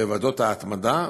בוועדות ההתמדה,